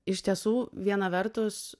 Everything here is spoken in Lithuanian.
iš tiesų viena vertus